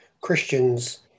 Christians